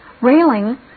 railing